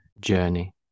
journey